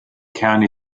county